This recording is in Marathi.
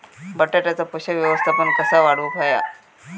बटाट्याचा पोषक व्यवस्थापन कसा वाढवुक होया?